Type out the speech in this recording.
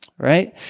right